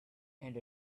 and